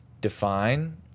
define